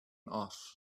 off